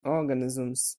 organisms